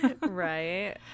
Right